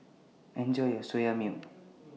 Enjoy your Soya Milk